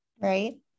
right